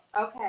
Okay